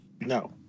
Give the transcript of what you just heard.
no